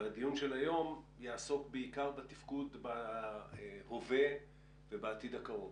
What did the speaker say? אבל הדיון של היום יעסוק בעיקר בתפקוד בהווה ובעתיד הקרוב.